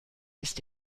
ist